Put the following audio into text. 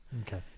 Okay